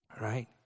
Right